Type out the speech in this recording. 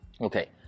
okay